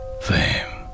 fame